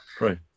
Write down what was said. Right